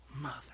mother